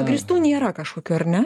pagrįstų nėra kažkokių ar ne